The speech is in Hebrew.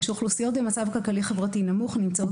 שאוכלוסיות במצב כלכלי-חברתי נמוך נמצאות